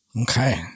Okay